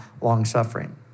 long-suffering